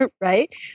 right